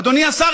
אדוני השר,